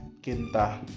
Kinta